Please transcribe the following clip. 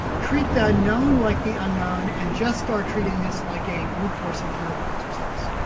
treat the known like the unknown and just start treating this like a brute force empirical exercise.